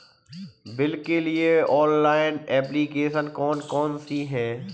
Bill के लिए online application कौन कौन सी हैं?